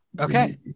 Okay